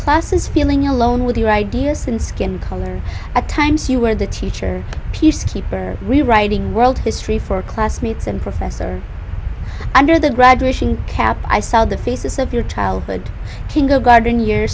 classes feeling alone with your ideas than skin color at times you were the teacher peacekeeper rewriting world history for classmates and professor under the graduation cap i saw the faces of your childhood kindergarten year